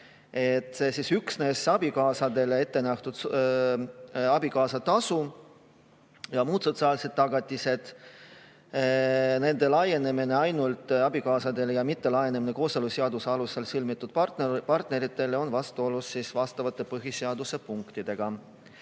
Üksnes abikaasadele ette nähtud abikaasatasu ja muude sotsiaalsete tagatiste laienemine ainult abikaasadele ja mittelaienemine kooseluseaduse alusel sõlmitud partnerluse partneritele on vastuolus vastavate põhiseaduse punktidega. Põhiline